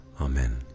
Amen